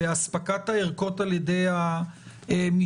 באספקת הערכות על ידי המשטרה.